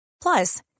Plus